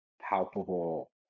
Palpable